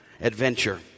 adventure